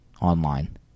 online